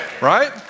right